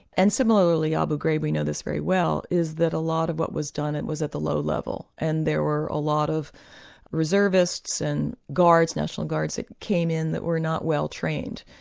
and similarly abu ghraib we know this very well, is that a lot of what was done it was at the low level and there were a lot of reservists and national guards that came in that were not well trained.